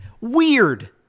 Weird